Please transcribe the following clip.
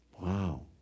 Wow